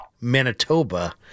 Manitoba